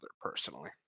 personally